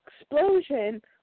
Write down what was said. explosion